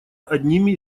одними